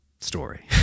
story